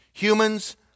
Humans